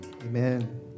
Amen